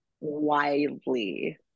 widely